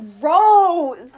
gross